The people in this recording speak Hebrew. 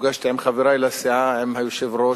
נפגשתי עם חברי לסיעה עם היושב-ראש,